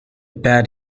bat